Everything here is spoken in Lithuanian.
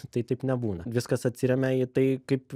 tai taip nebūna viskas atsiremia į tai kaip